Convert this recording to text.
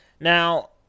Now